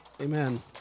amen